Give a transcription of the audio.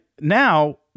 now